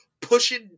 pushing